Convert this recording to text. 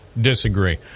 disagree